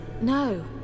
No